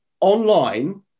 online